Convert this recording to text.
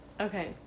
okay